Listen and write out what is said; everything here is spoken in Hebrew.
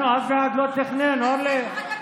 לנו אף אחד לא תכנן, אורלי.